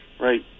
Right